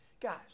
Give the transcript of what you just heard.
Guys